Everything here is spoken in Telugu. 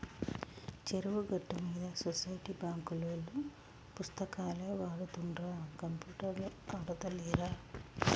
చెరువు గట్టు మీద సొసైటీ బాంకులోల్లు పుస్తకాలే వాడుతుండ్ర కంప్యూటర్లు ఆడుతాలేరా